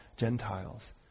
Gentiles